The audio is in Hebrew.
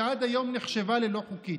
שעד היום נחשבה ללא חוקית.